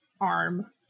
arm